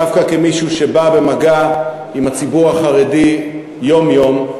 דווקא כמישהו שבא במגע עם הציבור החרדי יום-יום,